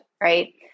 right